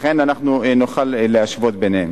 לכן אנחנו נוכל להשוות ביניהם.